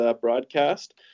broadcast